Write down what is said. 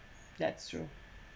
that's true